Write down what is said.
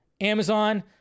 Amazon